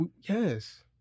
Yes